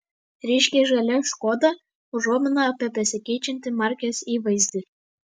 ryškiai žalia škoda užuomina apie besikeičiantį markės įvaizdį